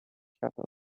shutters